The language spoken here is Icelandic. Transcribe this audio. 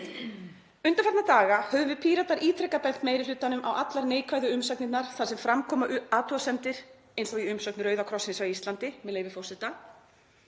Undanfarna daga höfum við Píratar ítrekað bent meiri hlutanum á allar neikvæðu umsagnirnar þar sem fram koma athugasemdir eins og í umsögn Rauða krossins á Íslandi, með leyfi forseta: